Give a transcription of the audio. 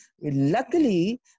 luckily